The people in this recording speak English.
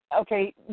okay